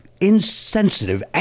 insensitive